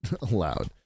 allowed